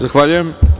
Zahvaljujem.